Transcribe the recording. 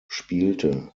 spielte